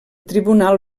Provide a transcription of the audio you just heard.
tribunal